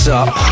up